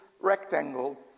rectangle